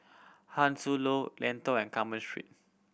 How Sun Lentor and Carmen Street